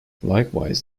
likewise